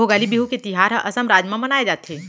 भोगाली बिहू के तिहार ल असम राज म मनाए जाथे